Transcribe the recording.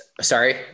Sorry